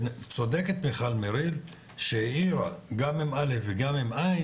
וצודקת מיכל מריל שהעירה גם עם א' וגם עם ע',